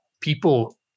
people